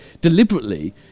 deliberately